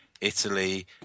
Italy